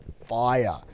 fire